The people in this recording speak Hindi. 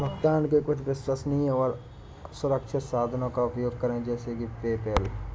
भुगतान के कुछ विश्वसनीय और सुरक्षित साधनों का उपयोग करें जैसे कि पेपैल